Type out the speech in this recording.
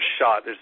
shot